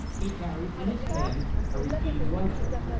he carried in his hand a repeating rifle.